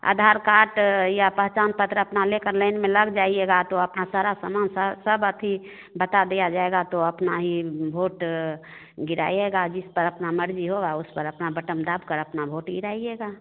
आधार card या पहचान पत्र अपना लेकर लाइन में लग जाइएगा तो अपना सारा सामान सब अथी बता दिया जाएगा तो अपना ही वोट गिराइएगा जिस पर अपनी मर्ज़ी होगी उस पर अपना बटन दाबकर अपना वोट गिराइएगा